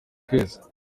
kwezi